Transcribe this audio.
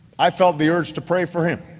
i felt the urge to pray for him.